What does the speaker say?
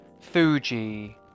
fuji